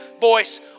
voice